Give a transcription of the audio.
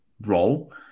role